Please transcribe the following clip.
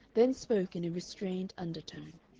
then spoke in a restrained undertone.